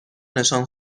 نشان